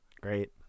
Great